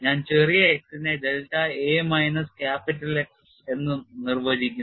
ഞാൻ ചെറിയ x നെ delta a minus capital X എന്ന് നിർവചിക്കുന്നു